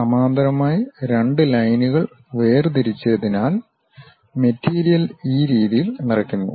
സമാന്തരമായി രണ്ട് ലൈനുകൾ വേർതിരിച്ചതിനാൽ മെറ്റീരിയൽ ഈ രീതിയിൽ നിറക്കുന്നു